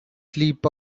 sleep